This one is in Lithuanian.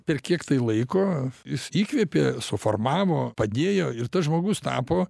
per kiek laiko jis įkvėpė suformavo padėjo ir tas žmogus tapo